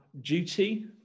duty